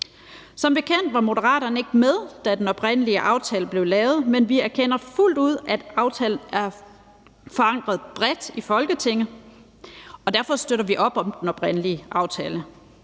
Som bekendt var Moderaterne ikke med, da den oprindelige aftale blev lavet, men vi erkender fuldt ud, at aftalen er forankret bredt i Folketinget, og derfor støtter vi op om den oprindelige aftale.